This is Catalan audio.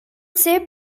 ser